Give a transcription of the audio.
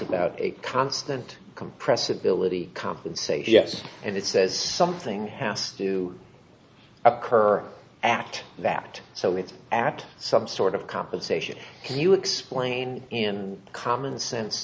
about a constant compressibility compensation yes and it says something has to occur act that so it's at some sort of compensation can you explain and common sense